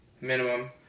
minimum